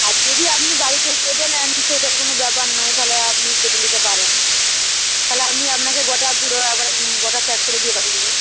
আর যদি আপনি বাড়িতে কেটে নেন সেটার কোন ব্যাপার নয় তাহলে আপনি কেটে নিতে পারেন তাহলে আমি আপনাকে গোটা পুরো একবারে গোটা প্যাক করে দিয়ে পাঠিয়ে দেব